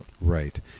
Right